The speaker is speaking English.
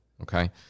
Okay